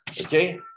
Okay